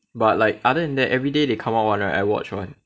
but like other than that every day they come out one right I watch one